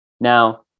Now